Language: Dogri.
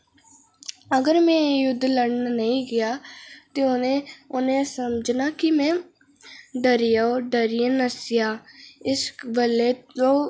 अगर में एह् युद्ध लड़न नेईं गेआ ते उ'नें उ'नें समझनाि में डरी गेआ होर डरियै नस्सी गेआ इस्स गल्लै ओह्